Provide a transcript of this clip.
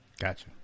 Gotcha